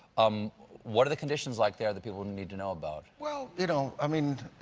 um what are the conditions like there that people need to know about? well, you know, i mean,